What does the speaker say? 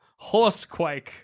Horsequake